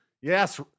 Yes